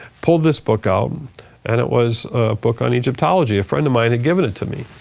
pull this book out and it was a book on egyptology, a friend of mine had given it to me.